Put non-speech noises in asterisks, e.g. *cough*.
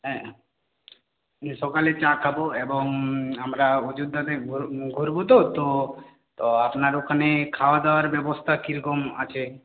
হ্যাঁ *unintelligible* সকালে চা খাব এবং আমরা অযোধ্যাতে ঘুরব তো তো তো আপনার ওখানে খাওয়া দাওয়ার ব্যবস্থা কীরকম আছে